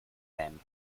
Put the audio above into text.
them